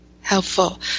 helpful